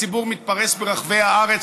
הציבור מתפרס ברחבי הארץ,